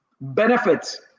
Benefits